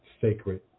sacred